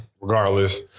regardless